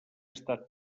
estat